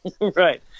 Right